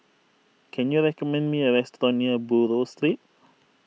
can you recommend me a restaurant near Buroh Street